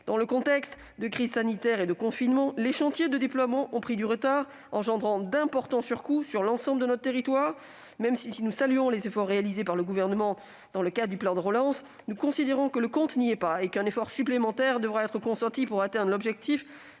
Dans le contexte de crise sanitaire et de confinement, les chantiers de déploiement ont pris du retard, ce qui a engendré d'importants surcoûts sur l'ensemble du territoire. Même si nous saluons les efforts réalisés par le Gouvernement dans le cadre du plan de relance, nous considérons que le compte n'y est pas et qu'un effort supplémentaire devra être consenti pour atteindre l'objectif